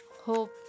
Hope